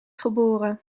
geboren